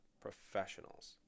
professionals